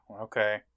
okay